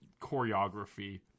choreography